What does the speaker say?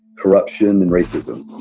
corruption and racism.